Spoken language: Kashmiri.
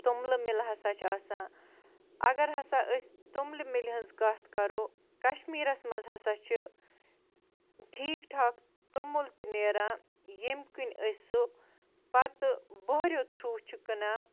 توٚملہٕ مِلہٕ ہَسا چھِ آسان اَگر ہَسا أسۍ توٚملہِ مِلہِ ہٕنٛز کَتھ کَرو کَشمیٖرَس منٛز ہَسا چھِ ٹھیٖک ٹھاک توٚمُل تہِ نیران ییٚمہِ کِنۍ أسۍ سُہ پَتہٕ بۄہریو تھرٛوٗ چھِ کٕنان